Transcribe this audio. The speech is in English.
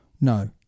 no